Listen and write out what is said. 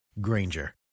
Granger